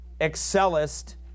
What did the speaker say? excellest